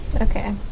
Okay